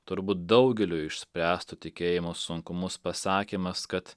turbūt daugeliui išspręstų tikėjimo sunkumus pasakymas kad